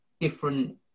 different